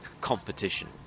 competition